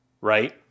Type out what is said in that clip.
right